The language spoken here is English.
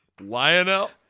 Lionel